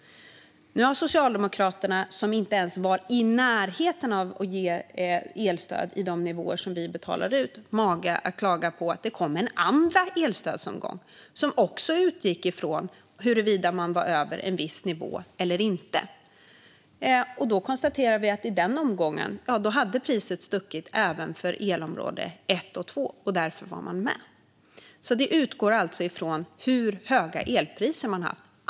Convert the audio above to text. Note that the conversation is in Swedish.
Nu har Socialdemokraterna, som i sina förslag inte ens var i närheten av att ge elstöd på de nivåer som vi betalar ut, mage att klaga på att det kom en andra elstödsomgång. Den utgick också ifrån huruvida man var över en viss nivå eller inte. Vi konstaterar att i den omgången hade priset stuckit iväg även för elområde 1 och 2, och därför var man med. Elstödet utgår från hur höga elpriser man har haft.